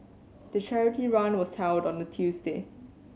the charity run was held on a Tuesday